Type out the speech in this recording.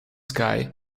sky